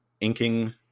inking